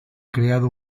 creado